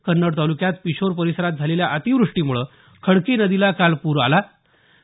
कन्नड तालुक्यात पिशोर परिसरात झालेल्या अतिवृष्टीमुळं खडकी नदीला काल पूर आला होता